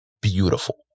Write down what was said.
beautiful